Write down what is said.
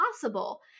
possible